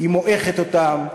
היא מועכת אותם.